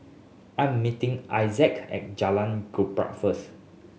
I am meeting Ignatz at Jalan Gembira first